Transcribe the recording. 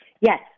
Yes